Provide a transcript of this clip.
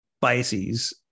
biases